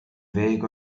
ddeg